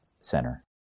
center